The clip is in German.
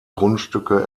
grundstücke